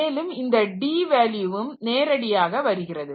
மேலும் இந்த d வேல்யூவும் நேரடியாக வருகிறது